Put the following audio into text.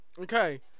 Okay